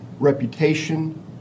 reputation